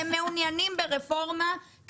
שמעוניינים ברפורמה.